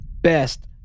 best